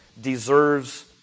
deserves